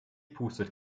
pustet